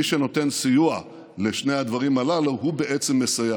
מי שנותן סיוע לשני הדברים הללו בעצם מסייע